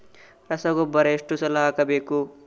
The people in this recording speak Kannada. ರಸಗೊಬ್ಬರ ಎಷ್ಟು ಸಲ ಹಾಕಬೇಕು?